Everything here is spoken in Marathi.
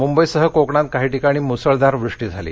मुंबईसह कोकणात काही ठिकाणी मुसळधार वृष्टी झाली